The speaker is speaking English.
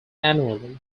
annually